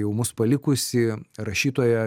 jau mus palikusį rašytoją